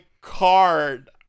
card